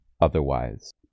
otherwise